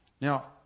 Now